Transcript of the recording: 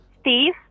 Steve